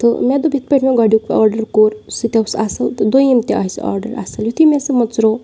تہٕ مےٚ دوٚپ یِتھ پٲٹھۍ مےٚ گۄڈنیُک آڈَر کوٚر سُہ تہِ اوس اَصٕل تہٕ دۄیِم تہِ آسہِ آڈَر اَصٕل یُتھُے مےٚ سُہ مٔژروو